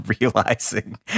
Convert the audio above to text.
realizing